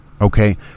Okay